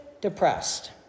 depressed